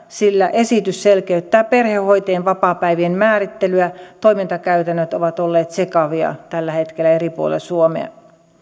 sillä esitys selkeyttää perhehoitajien vapaapäivien määrittelyä toimintakäytännöt ovat olleet sekavia tällä hetkellä eri puolilla suomea